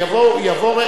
יבוא,